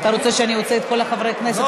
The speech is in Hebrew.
אתה רוצה שאני אוציא את כל חברי הכנסת